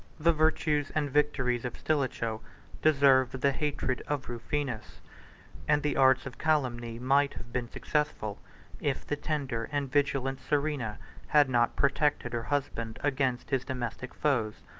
the virtues and victories of stilicho deserved the hatred of rufinus and the arts of calumny might have been successful if the tender and vigilant serena had not protected her husband against his domestic foes,